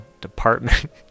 department